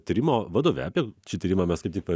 tyrimo vadove apie šį tyrimą mes kaip tik